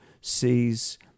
sees